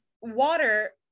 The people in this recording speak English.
water